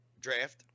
draft